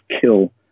kill